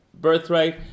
birthright